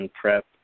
prep